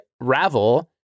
Ravel